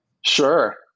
Sure